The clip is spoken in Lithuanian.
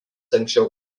anksčiau